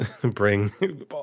bring